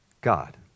God